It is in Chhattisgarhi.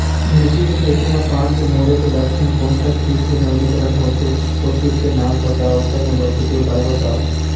मिर्ची के खेती मा पान के मुड़े के लक्षण कोन सा कीट के नवीनीकरण होथे ओ कीट के नाम ओकर ले बचे के उपाय बताओ?